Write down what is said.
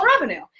revenue